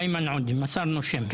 איימן עודה, מסרנו שם.